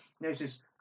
Notice